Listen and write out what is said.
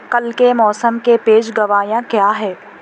کل کے موسم کے پیش گوییاں کیا ہے